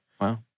Wow